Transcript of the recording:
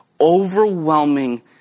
overwhelming